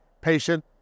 patient